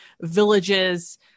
Villages